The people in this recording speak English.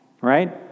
right